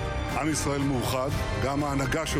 אליהם, מה עבר במוחם ברגעיהם